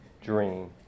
dream